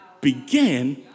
began